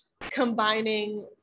combining